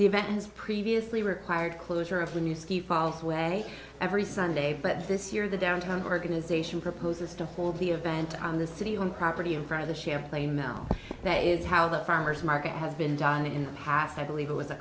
the event has previously required closure of a new ski falls away every sunday but this year the downtown organization proposes to hold the event on the city on property in front of the share play mail that is how the farmer's market has been done in the past i believe it was a